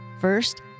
first